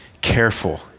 careful